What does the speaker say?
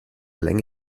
länge